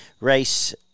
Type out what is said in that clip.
Race